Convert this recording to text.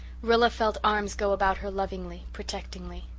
rilla felt arms go about her lovingly, protectingly.